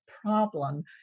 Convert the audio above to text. problem